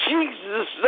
Jesus